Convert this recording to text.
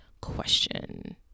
question